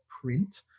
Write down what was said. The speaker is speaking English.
print